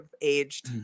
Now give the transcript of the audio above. aged